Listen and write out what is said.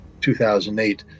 2008